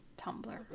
Tumblr